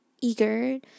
eager